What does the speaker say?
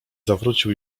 zawrócił